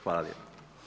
Hvala lijepo.